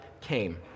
came